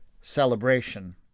celebration